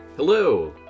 Hello